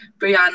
Brianna